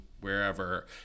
wherever